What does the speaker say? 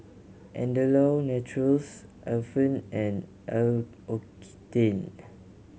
Andalou Naturals Alpen and L'Occitane